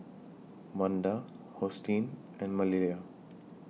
Manda Hosteen and Maleah